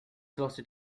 supposed